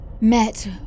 met